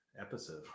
episode